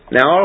Now